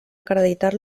acreditar